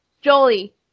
Jolie